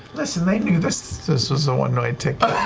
listen, they knew this this was a one-way ticket.